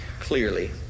clearly